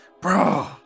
Bro